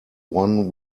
won